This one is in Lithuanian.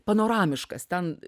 panoramiškas ten